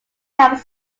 have